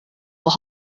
will